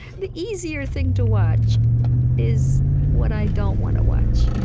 the easier thing to watch is what i don't want to watch.